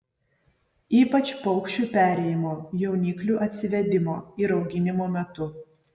ypač paukščių perėjimo jauniklių atsivedimo ir auginimo metu